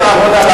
מפלגת העבודה,